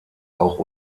auch